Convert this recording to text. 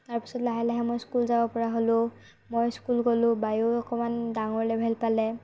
তাৰপিছত লাহে লাহে মই স্কুল যাব পৰা হ'লো মই স্কুল গ'লো বায়েও অকণমান ডাঙৰ লেভেল পালে